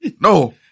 No